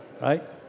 Right